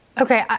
Okay